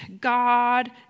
God